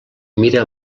mira